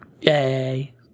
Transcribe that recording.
Yay